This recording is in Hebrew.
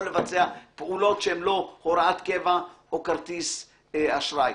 לבצע פעולות שהן לא הוראת קבע או כרטיס אשראי.